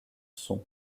sont